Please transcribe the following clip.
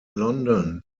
london